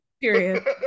Period